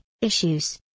issues